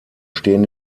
stehen